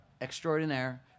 extraordinaire